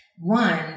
one